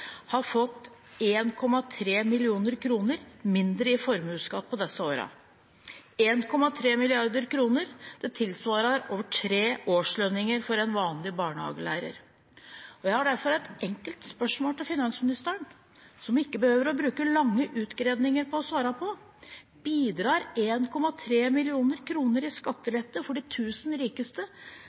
har fått 1,3 mill. kr mindre i formuesskatt på disse årene. 1,3 mill. kr tilsvarer over tre årslønninger for en vanlig barnehagelærer. Jeg har derfor et enkelt spørsmål til finansministeren, og hun behøver ikke å bruke lange utredninger for å svare: Bidrar 1,3 mill. kr i skattelette for de tusen rikeste